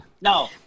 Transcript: No